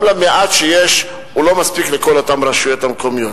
גם המעט שיש לא מספיק לכל אותן רשויות מקומיות.